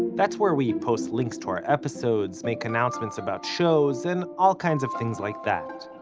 that's where we post links to our episodes, make announcements about shows, and all kinds of things like that.